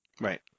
Right